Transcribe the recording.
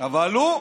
אבל הוא,